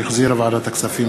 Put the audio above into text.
שהחזירה ועדת הכספים.